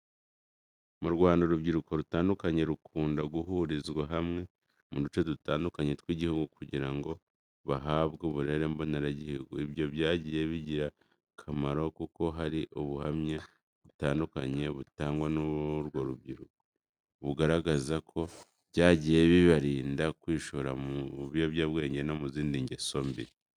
Mu Rwanda urubyiruko rutandukanye rukunda guhurizwa hamwe, mu duce dutandukanye tw'igihugu kugira ngo bahabwe uburere mboneragihugu, ibyo byagiye bigira akamaro kuko hari ubuhamya butandukanye butangwa n'urwo rubyiruko, bugaragaza ko byagiye bibarinda kwishora mu biyobyabwenge no mu zindi ngeso mbi.